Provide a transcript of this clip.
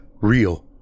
real